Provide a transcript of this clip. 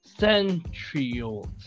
Centrioles